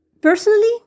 personally